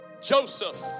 Joseph